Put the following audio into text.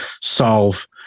solve